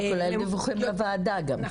כולל דיווחים לוועדה גם, פה.